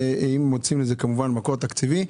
אם מוצאים לזה כמובן מקור תקציבי,